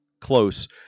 close